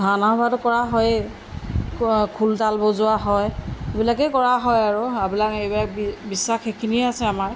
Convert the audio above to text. ভাওনা চাওনাটো কৰা হয়েই খোল তাল বজোৱা হয় এইবিলাকেই কৰা হয় আৰু আবেলা এইবিলাক বিশ্বাস সেইখিনিয়ে আছে আমাৰ